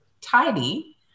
tidy